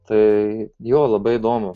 tai jo labai įdomu